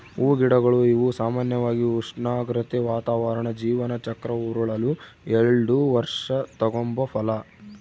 ಹೂಗಿಡಗಳು ಇವು ಸಾಮಾನ್ಯವಾಗಿ ಉಷ್ಣಾಗ್ರತೆ, ವಾತಾವರಣ ಜೀವನ ಚಕ್ರ ಉರುಳಲು ಎಲ್ಡು ವರ್ಷ ತಗಂಬೋ ಫಲ